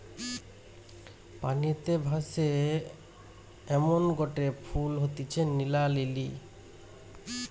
পানিতে ভাসে এমনগটে ফুল হতিছে নীলা লিলি